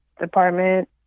Department